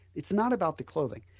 it is not about the clothing,